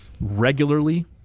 regularly